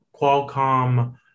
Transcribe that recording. qualcomm